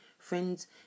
friends